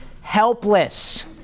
helpless